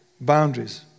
Boundaries